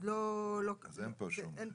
אז אין פה.